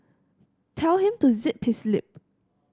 tell him to zip his lip